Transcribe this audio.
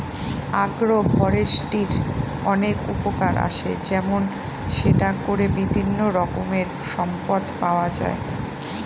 আগ্র ফরেষ্ট্রীর অনেক উপকার আসে যেমন সেটা করে বিভিন্ন রকমের সম্পদ পাওয়া যায়